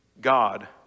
God